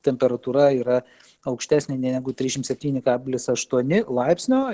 temperatūra yra aukštesnė negu trisdešimt septyni kablis aštuoni laipsnio